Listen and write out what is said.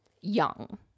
young